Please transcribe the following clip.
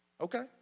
Okay